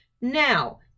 Now